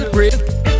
Bridge